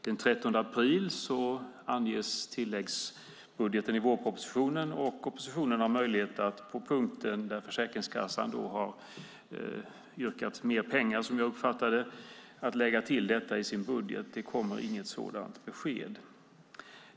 Den 13 april anges tilläggsbudgeten i vårpropositionen, och oppositionen har möjlighet att på punkten där Försäkringskassan har yrkat mer pengar, som jag har uppfattat det, lägga till detta i sin budget. Det kommer inget sådant besked.